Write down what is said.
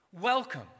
welcome